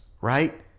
Right